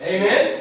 Amen